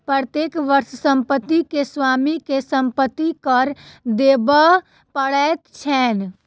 प्रत्येक वर्ष संपत्ति के स्वामी के संपत्ति कर देबअ पड़ैत छैन